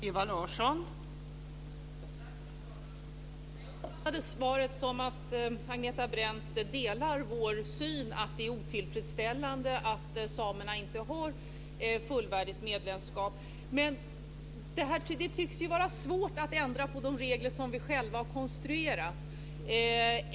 Fru talman! Jag uppfattade svaret som att Agneta Brendt delar vår syn att det är otillfredsställande att samerna inte har fullvärdigt medlemskap. Men det tycks vara svårt att ändra på de regler som vi själva har konstruerat.